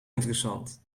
interessant